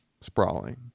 sprawling